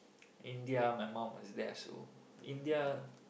India my mom was there so India